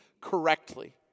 correctly